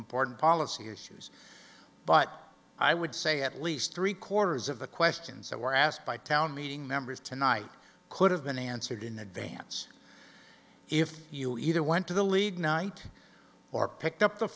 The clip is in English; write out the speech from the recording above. important policy issues but i would say at least three quarters of the questions that were asked by town meeting members tonight could have been answered in advance if you either went to the league night or picked up the